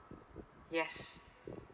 yes